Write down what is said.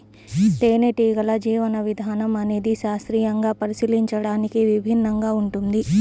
తేనెటీగల జీవన విధానం అనేది శాస్త్రీయంగా పరిశీలించడానికి విభిన్నంగా ఉంటుంది